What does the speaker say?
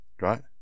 Right